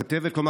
הכתבת: "כלומר,